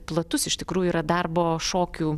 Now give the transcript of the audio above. platus iš tikrųjų yra darbo šokių